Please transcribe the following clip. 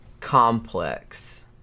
complex